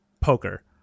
poker